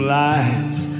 lights